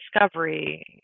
discovery